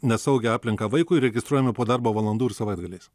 nesaugią aplinką vaikui registruojami po darbo valandų ir savaitgaliais